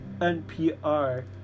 NPR